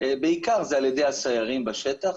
בעיקר זה על ידי הסיירים בשטח,